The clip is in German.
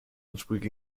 ansprüche